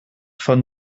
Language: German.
vom